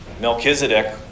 Melchizedek